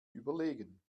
überlegen